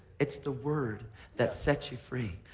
it's the word that sets you free,